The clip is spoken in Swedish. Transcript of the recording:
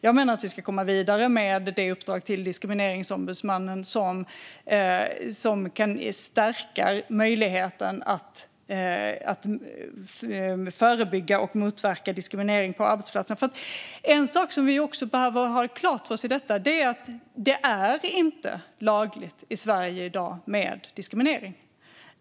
Jag menar att vi ska komma vidare med det uppdrag till Diskrimineringsombudsmannen som kan stärka möjligheten att förebygga och motverka diskriminering på arbetsplatser. En sak som vi behöver ha klart för oss är att diskriminering inte är lagligt i Sverige i dag.